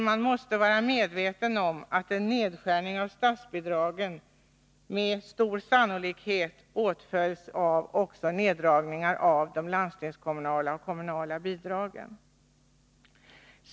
Man måste vara medveten om att en nedskär ning av statsbidragen med stor sannolikhet åtföljs av nedragningar också av de landstingskommunala och kommunala bidragen.